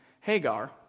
Hagar